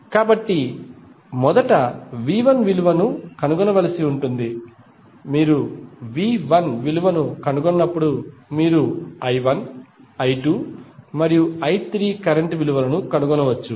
కాబట్టి మీరు మొదట V1 విలువను కనుగొనవలసి ఉంటుంది మీరు V1 విలువను కనుగొన్నప్పుడు మీరు I1 I2 మరియు I3 కరెంట్ విలువలను కనుగొనవచ్చు